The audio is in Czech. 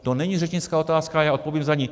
To není řečnická otázka, já odpovím za ni.